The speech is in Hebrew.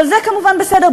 אבל זה, כמובן, בסדר.